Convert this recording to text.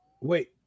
Wait